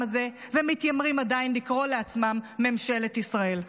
הזה ומתיימרים עדיין לקרוא לעצמם ממשלת ישראל.